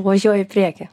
važiuoju į priekį